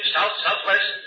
South-Southwest